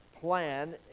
plan